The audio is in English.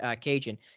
Cajun